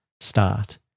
start